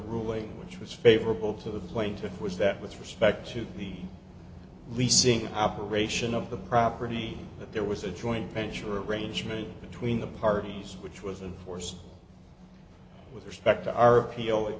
ruling which was favorable to the plaintiff was that with respect to the leasing operation of the property that there was a joint venture arrangement between the parties which was in force with respect to our appeal it